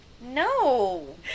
No